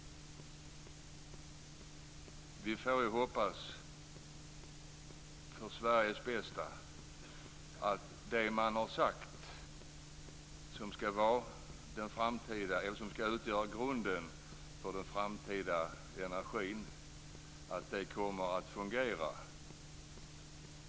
Vi får hoppas för Sveriges bästa att det som man har sagt ska utgöra grunden för den framtida energin kommer att fungera.